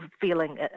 feeling